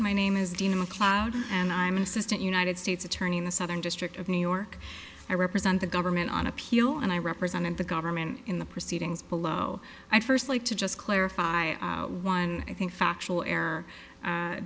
court my name is dina mcleod and i'm an assistant united states attorney in the southern district of new york i represent the government on appeal and i represented the government in the proceedings below i firstly to just clarify one i think factual